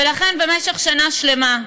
ולכן, במשך שנה שלמה,